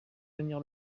venir